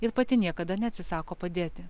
ir pati niekada neatsisako padėti